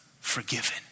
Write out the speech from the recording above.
forgiven